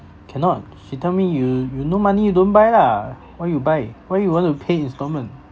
cannot she tell me you you no money you don't buy lah why you buy why you want to pay instalment